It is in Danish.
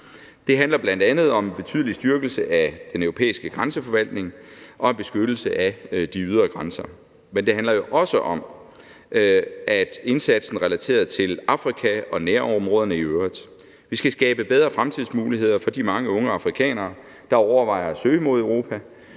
Det handler bl.a. om en betydelig styrkelse af den europæiske grænseforvaltning og en beskyttelse af de ydre grænser, men det handler jo også om indsatsen relateret til Afrika og nærområderne i øvrigt. Vi skal skabe bedre fremtidsmuligheder for de mange unge afrikanere, der overvejer at søge mod Europa.